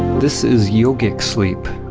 this is yogic sleep.